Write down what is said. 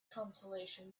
consolation